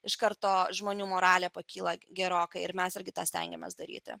iš karto žmonių moralė pakyla gerokai ir mes irgi tą stengiamės daryti